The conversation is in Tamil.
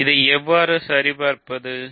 இதை எவ்வாறு சரிபார்க்கலாம்